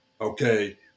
Okay